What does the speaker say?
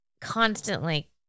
constantly